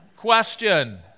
Question